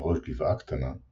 על ראש גבעה קטנה,